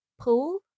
pool